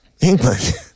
England